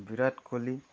Virat Kohli